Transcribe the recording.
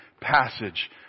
passage